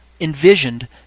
envisioned